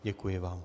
Děkuji vám.